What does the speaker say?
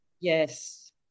Yes